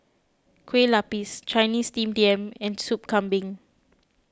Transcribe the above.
Kueh Lapis Chinese Steamed Yam and Sup Kambing